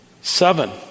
seven